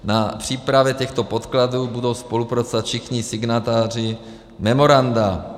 Na přípravě těchto podkladů budou spolupracovat všichni signatáři memoranda.